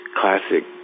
classic